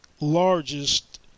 largest